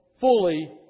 fully